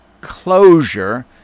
closure